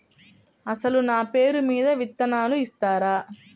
అసలు నా పేరు మీద విత్తనాలు ఇస్తారా?